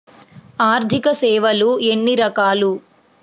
ఆర్థిక సేవలు ఎన్ని రకాలు?